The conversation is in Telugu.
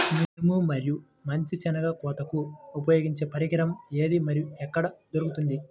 మినుము మరియు మంచి శెనగ కోతకు ఉపయోగించే పరికరం ఏది మరియు ఎక్కడ దొరుకుతుంది?